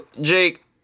Jake